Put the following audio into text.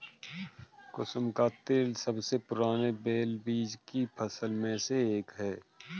कुसुम का तेल सबसे पुराने तेलबीज की फसल में से एक है